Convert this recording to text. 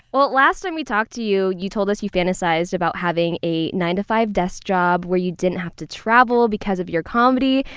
last time we talked to you, you told us you fantasized about having a nine to five desk job where you didn't have to travel because of your comedy.